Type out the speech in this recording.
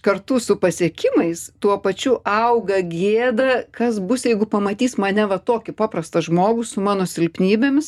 kartu su pasiekimais tuo pačiu auga gėda kas bus jeigu pamatys mane va tokį paprastą žmogų su mano silpnybėmis